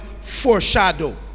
foreshadow